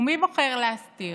ומי בוחר להסתיר?